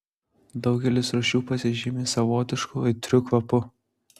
daugelis rūšių pasižymi savotišku aitriu kvapu